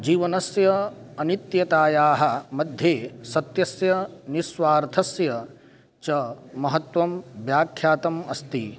जीवनस्य अनित्यतायाः मध्ये सत्यस्य निस्वार्थस्य च महत्त्वं व्याख्यातम् अस्ति